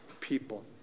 people